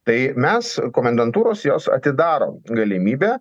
tai mes komendantūros jos atidaro galimybę